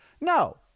no